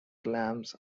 clamps